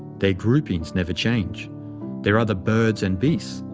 their groupings never change there are the birds and beasts,